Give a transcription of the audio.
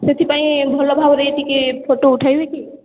ସେଥିପାଇଁ ଭଲ ଭାବରେ ଟିକେ ଫୋଟୋ ଉଠାଇବେ କି